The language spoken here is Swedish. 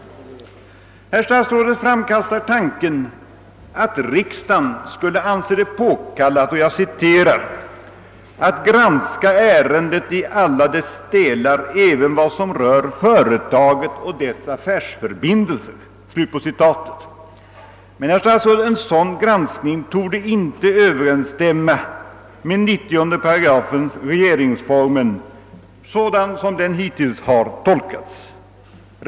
Herr statsrådet framkastar tanken att riksdagen skulle anse det påkallat »att granska ärendet i alla dess delar även vad som rör företaget och dess affärsförbindelser». Men, herr statsråd, en sådan granskning torde icke överensstämma med 8 90 i regeringsformen, sådan som den hittills har tolkats.